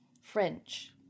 French